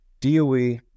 DOE